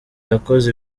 yakoze